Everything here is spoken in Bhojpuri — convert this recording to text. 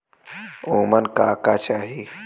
ओमन का का चाही?